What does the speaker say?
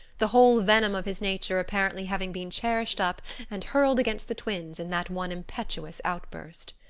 the whole venom of his nature apparently having been cherished up and hurled against the twins in that one impetuous outburst.